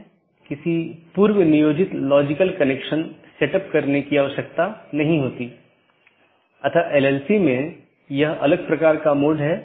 इसलिए दूरस्थ सहकर्मी से जुड़ी राउटिंग टेबल प्रविष्टियाँ अंत में अवैध घोषित करके अन्य साथियों को सूचित किया जाता है